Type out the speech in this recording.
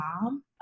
mom